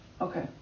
Okay